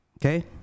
okay